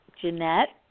Jeanette